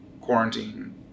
quarantine